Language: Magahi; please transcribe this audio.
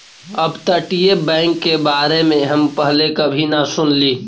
अपतटीय बैंक के बारे में हम पहले कभी न सुनली